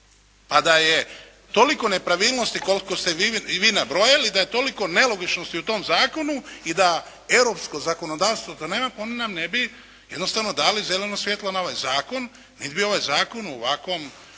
a da je toliko nepravilnosti koliko ste vi nabrojili, da je toliko nelogičnosti u tom zakonu i da europsko zakonodavstvo to nema pa oni nam ne bi jednostavno dali zeleno svjetlo na ovaj zakon niti bi ovaj zakon u ovakvom